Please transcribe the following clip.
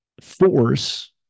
force